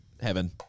Heaven